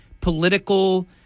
political